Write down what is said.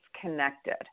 connected